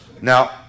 now